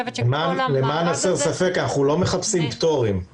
למען הסר ספק, אנחנו לא מחפשים פטורים.